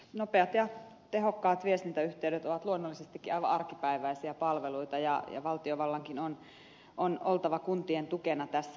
nopeat ja tehokkaat viestintäyhteydet ovat luonnollisestikin aivan arkipäiväisiä palveluita ja valtiovallankin on oltava kuntien tukena tässä